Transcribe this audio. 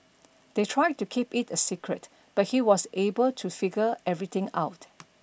they tried to keep it a secret but he was able to figure everything out